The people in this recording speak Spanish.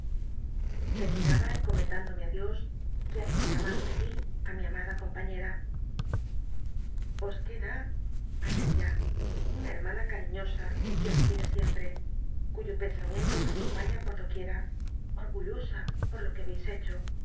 terminaba encomemhindomc i dios que babia llamado á sí á mi amada compañcra os queda añadía una hermana cariñosa que os quier e siemprc cuyo pensamiento os acompaña por do quiera ol'gullosa por lo que habeis hecho